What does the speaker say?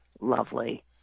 lovely